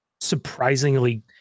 surprisingly